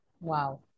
wow